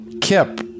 Kip